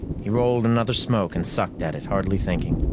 he rolled another smoke and sucked at it, hardly thinking.